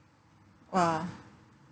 !wah!